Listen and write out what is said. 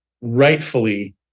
rightfully